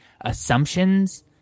assumptions